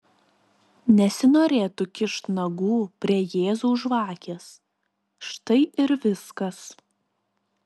nesinorėtų kišt nagų prie jėzaus žvakės štai ir viskas